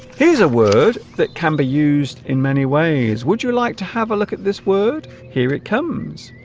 here's a word that can be used in many ways would you like to have a look at this word here it comes